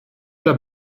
der